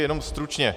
Jenom stručně.